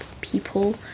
people